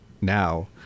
now